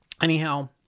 Anyhow